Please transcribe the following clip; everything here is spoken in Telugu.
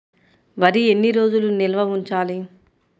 వరి ఎన్ని రోజులు నిల్వ ఉంచాలి?